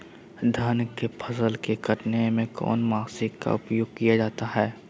धान के फसल को कटने में कौन माशिन का उपयोग किया जाता है?